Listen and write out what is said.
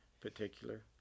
particular